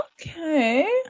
Okay